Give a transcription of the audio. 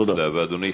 תודה רבה, אדוני.